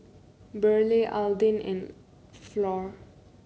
Burleigh Alden and Flor